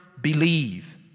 believe